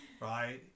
right